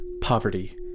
poverty